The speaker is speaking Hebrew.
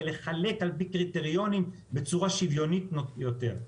ולחלק על פי קריטריונים בצורה שוויונית יותר,